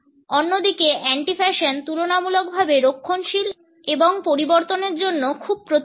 অন্যদিকে একটি anti fashion তুলনামূলকভাবে রক্ষণশীল এবং পরিবর্তনের জন্য খুব প্রতিরোধী